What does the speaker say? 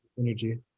energy